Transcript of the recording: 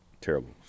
terrible